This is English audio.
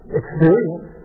experience